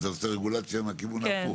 אתה עושה רגולציה מכיוון הפוך.